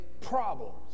problems